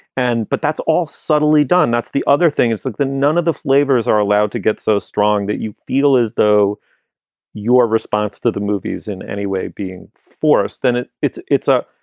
and but that's all suddenly done that's the other thing is like none of the flavors are allowed to get so strong that you feel as though your response to the movies in any way being forced than it it's it's a.